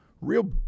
real